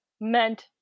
meant